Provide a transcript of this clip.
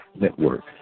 Network